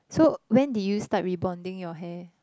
so when did you start re bonding your hair